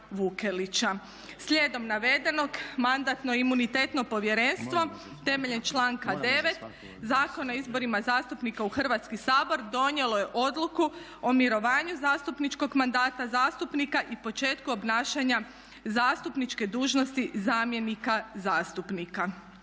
Slijedom navedenog Mandatno-imunitetno povjerenstvo temeljem članka 9. Zakona o izborima zastupnika u Hrvatski sabor donijelo je odluku o mirovanju zastupničkog mandata zastupnika i početku obnašanja zastupničke dužnosti zamjenika zastupnika.